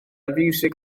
fiwsig